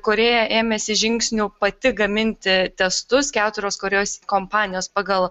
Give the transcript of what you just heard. korėja ėmėsi žingsnių pati gaminti testus keturios korėjos kompanijos pagal